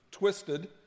Twisted